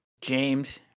James